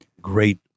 great